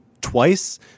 twice